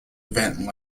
vent